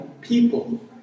people